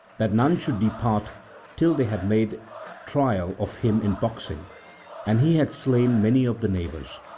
that none should depart till they had made trial of him in boxing and he had slain many of the neighbours.